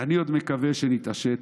אני עוד מקווה שנתעשת